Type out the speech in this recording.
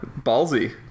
ballsy